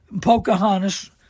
Pocahontas